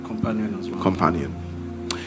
Companion